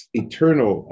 eternal